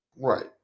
Right